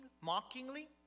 mockingly